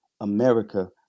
America